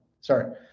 Sorry